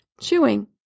chewing